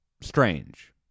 strange